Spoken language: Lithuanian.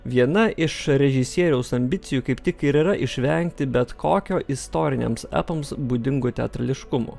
viena iš režisieriaus ambicijų kaip tik ir yra išvengti bet kokio istorinėms epoms būdingo teatrališkumo